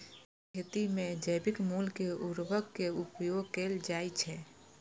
जैविक खेती मे जैविक मूल के उर्वरक के उपयोग कैल जाइ छै